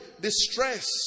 distress